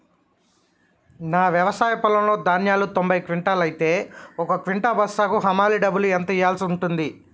నా వ్యవసాయ పొలంలో ధాన్యాలు తొంభై క్వింటాలు అయితే ఒక క్వింటా బస్తాకు హమాలీ డబ్బులు ఎంత ఇయ్యాల్సి ఉంటది?